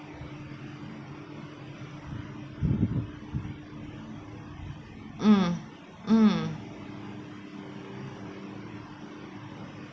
mm mm